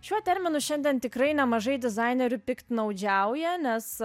šiuo terminu šiandien tikrai nemažai dizainerių piktnaudžiauja nes